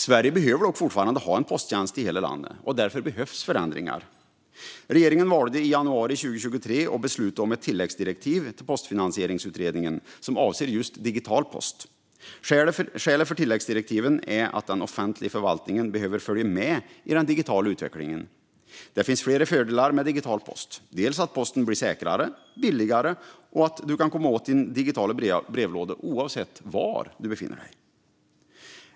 Sverige behöver dock fortfarande ha en posttjänst i hela landet, och därför behövs förändringar. Regeringen valde i januari 2023 att besluta om ett tilläggsdirektiv till Postfinansieringsutredningen som avser just digital post. Skälet för tillläggsdirektivet är att den offentliga förvaltningen behöver följa med i den digitala utvecklingen. Det finns flera fördelar med digital post. Posten blir säkrare och billigare, och du kan komma åt din digitala brevlåda oavsett var du befinner dig.